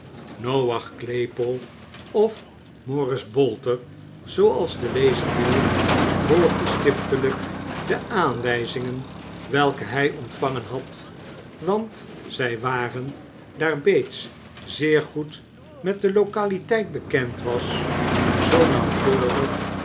noach claypole of mooris bolter zooals de lezer wil volgde stiptelijk de aanwijzingen welke hij ontvangen had want zij waren daar bates zeer goed met de localiteit bekend ufas zoo nauwkeurig